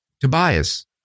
Tobias